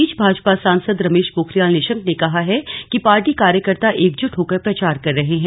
इस बीच भाजपा सांसद रमेश पोखरियाल निशंक ने कहा है कि पार्टी कार्यकर्ता पूरी एकजूट होकर प्रचार कर रहे हैं